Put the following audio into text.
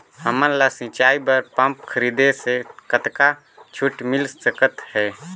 हमन ला सिंचाई बर पंप खरीदे से कतका छूट मिल सकत हे?